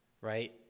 right